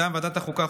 מטעם ועדת החוקה,